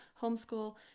homeschool